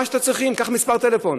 מה שאתם צריכים, קח מספר טלפון.